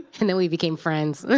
and then we became friends.